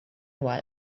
while